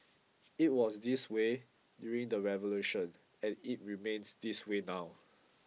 it was this way during the revolution and it remains this way now